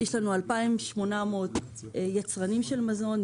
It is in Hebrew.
2,800 יצרני מזון,